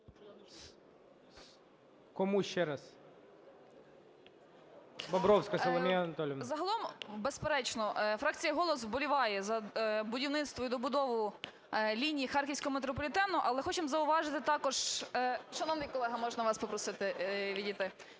Кому, ще раз? Бобровська Соломія Анатоліївна. 13:50:54 БОБРОВСЬКА С.А. Загалом, безперечно, фракція "Голос" вболіває за будівництво і добудову ліній харківського метрополітену. Але хочемо зауважити також… (шановний колего, можна вас попросити відійти?)